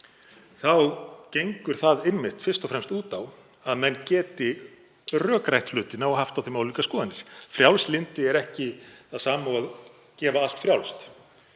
gengur það einmitt fyrst og fremst út á að menn geti rökrætt hlutina og haft á þeim ólíkar skoðanir. Frjálslyndi er ekki það sama og að gefa allt frjálst.